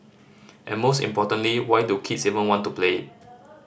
and most importantly why do kids even want to play it